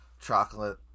chocolate